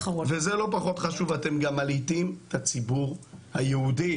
אתם גם מלהיטים את הציבור היהודי